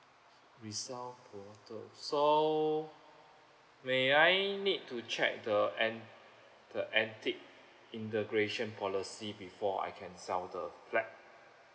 resell portal so may I need to check the an~ the antique integration policy before I can sell the flat